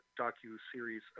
docu-series